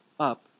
up